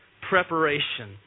preparation